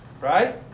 Right